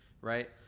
right